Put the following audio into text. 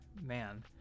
man